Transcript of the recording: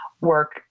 work